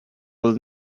would